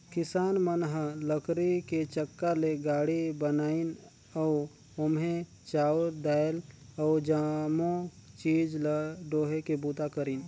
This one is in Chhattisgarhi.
किसान मन ह लकरी के चक्का ले गाड़ी बनाइन अउ ओम्हे चाँउर दायल अउ जमो चीज ल डोहे के बूता करिन